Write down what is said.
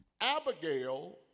Abigail